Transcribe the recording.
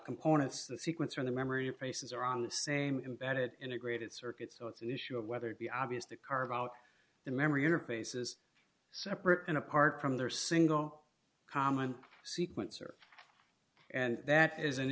components the sequence or the memory of places are on the same embed it integrated circuits so it's an issue of whether it be obvious to carve out the memory or faces separate and apart from their single common sequence or and that is an